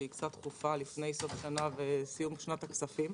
שהיא קצת דחופה לפני סוף השנה וסיום שנת הכספים.